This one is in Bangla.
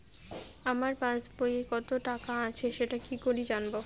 আমার পাসবইয়ে কত টাকা আছে সেটা কি করে জানবো?